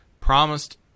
promised